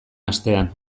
astean